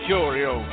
Curio